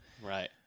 Right